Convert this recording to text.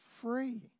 free